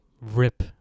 Rip